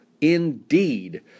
Indeed